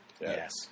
Yes